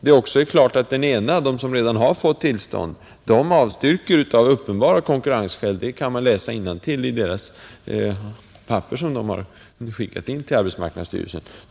Den sammanslutning som redan fått tillstånd avstyrker av uppenbara konkurrensskäl — det kan man läsa innantill i de papper som den har skickat in till arbetsmarknadsstyrelsen.